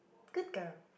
good girl